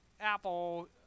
Apple